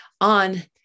on